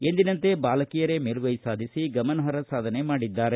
ಎಂದಿನಂತೆ ಬಾಲಕಿಯರೇ ಮೇಲುಗೈ ಸಾಧಿಸಿ ಗಮನಾರ್ಹ ಸಾಧನೆ ಮಾಡಿದ್ದಾರೆ